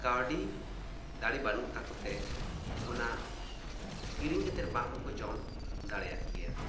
ᱠᱟᱹᱣᱰᱤ ᱫᱟᱲᱮ ᱵᱟᱹᱱᱩᱜ ᱛᱟᱠᱚ ᱛᱮ ᱚᱱᱟ ᱠᱤᱨᱤᱧ ᱠᱟᱛᱮ ᱵᱟᱝ ᱦᱚᱸᱠᱚ ᱡᱚᱢ ᱫᱟᱲᱮᱭᱟᱜ ᱜᱮᱭᱟ